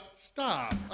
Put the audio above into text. stop